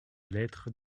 lettre